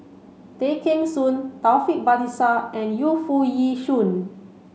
Tay Kheng Soon Taufik Batisah and Yu Foo Yee Shoon